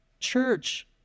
Church